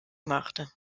machte